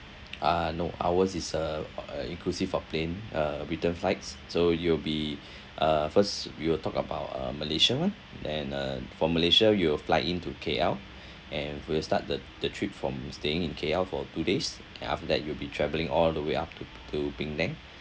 uh no ours is uh uh inclusive of plane uh return flights so it will be uh first we will talk about uh malaysia [one] then uh from malaysia you'll fly in to K_L and we'll start the the trip from staying in K_L for two days then after that you'll be travelling all the way up to to penang